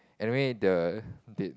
anyway the did